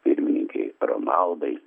pirmininkei romualdai